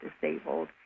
disabled